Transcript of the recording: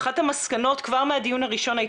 אחת המסקנות כבר מהדיון הראשון,